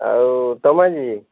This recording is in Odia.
ଆଉ ତମାଜି